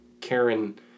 Karen